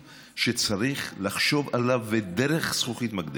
שצריך לחשוב עליו דרך זכוכית מגדלת.